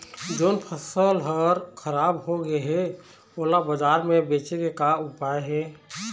जोन फसल हर खराब हो गे हे, ओला बाजार म बेचे के का ऊपाय हे?